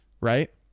right